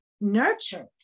nurtured